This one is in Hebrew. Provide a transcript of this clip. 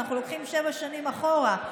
אנחנו לוקחים שבע שנים אחורה,